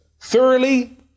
Thoroughly